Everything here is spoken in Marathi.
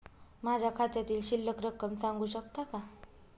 माझ्या खात्यातील शिल्लक रक्कम सांगू शकता का?